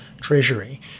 Treasury